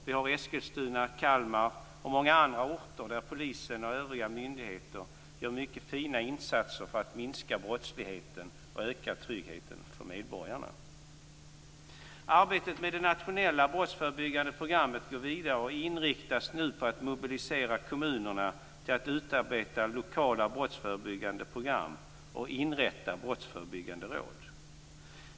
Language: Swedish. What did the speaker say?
Vi har Eskilstuna, Kalmar och många andra orter där polisen och övriga myndigheter gör mycket fina insatser för att minska brottsligheten och öka tryggheten för medborgarna. Arbetet med det nationella brottsförebyggande programmet går vidare och inriktas nu på att mobilisera kommunerna till att utarbeta lokala brottsförebyggande program och inrätta brottsförebyggande råd.